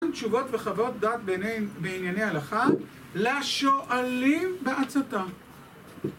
תשובות וחוות דעת בענייני הלכה לשואלים ועצותם